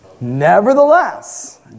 Nevertheless